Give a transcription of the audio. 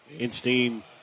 Einstein